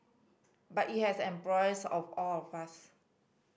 but it has embroiled of all of us